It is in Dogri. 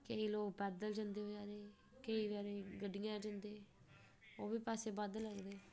कईं लोक पैदल जंदे बचैरे केईं बचैरे गड्डी उप्पर जंदे ओह् बी पैसे बद्ध लैंदे